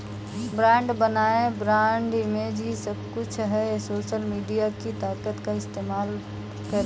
brand बनाएं, brand image ही सब कुछ है, सोशल मीडिया की ताकत का इस्तेमाल करें